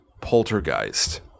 Poltergeist